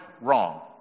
wrong